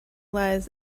lies